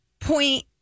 point